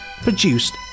produced